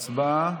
הצבעה.